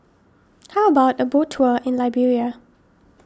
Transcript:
how about a boat tour in Liberia